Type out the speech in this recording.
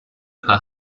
per